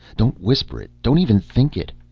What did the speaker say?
don't whisper it, don't even think it.